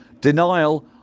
Denial